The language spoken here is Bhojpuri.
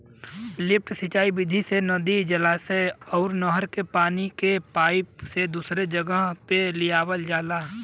लिफ्ट सिंचाई विधि से नदी, जलाशय अउर नहर के पानी के पाईप से दूसरी जगह पे लियावल जाला